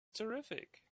terrific